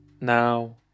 Now